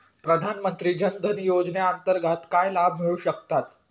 प्रधानमंत्री जनधन योजनेअंतर्गत काय लाभ मिळू शकतात?